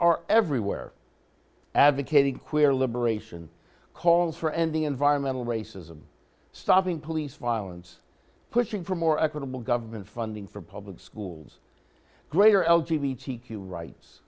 are everywhere advocating queer liberation calls for ending environmental racism stopping police violence pushing for more equitable government funding for public schools greater l g b t q rights